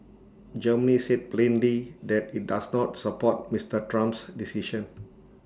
Germany said plainly that IT does not support Mister Trump's decision